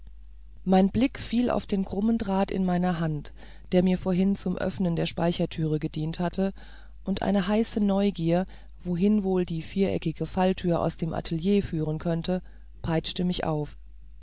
mein blick fiel auf den krummen draht in meiner hand der mir vorhin zum öffnen der speichertüre gedient hatte und eine heiße neugier wohin wohl die viereckige falltür aus dem atelier führen könnte peitschte mich auf